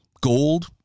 gold